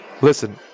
Listen